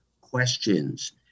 questions